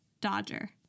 Dodger